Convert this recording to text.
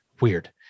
weird